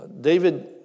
David